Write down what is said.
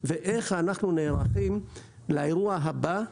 ואיך אנחנו נערכים לאירוע הבא,